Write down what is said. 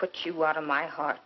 put you out of my heart